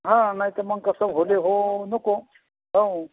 हा नाही तर मग कसं होला हो नको हो